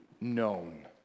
known